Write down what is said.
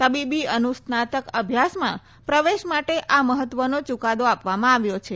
તબીબી અનુસ્નાતક અભ્યાસમાં પ્રવેશ માટે આ મહત્વનો ચૂકાદા આપવામાં આવ્યો છે